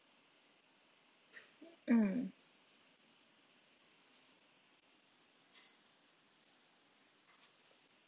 mm